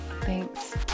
Thanks